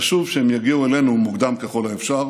חשוב שהם יגיעו אלינו מוקדם ככל האפשר,